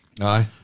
Aye